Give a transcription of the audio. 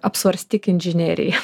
apsvarstyk inžineriją